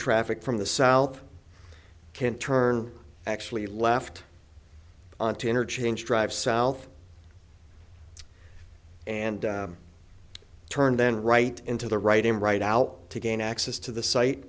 traffic from the south can't turn actually left onto interchange drive south and turn then right into the right in right out to gain access to the site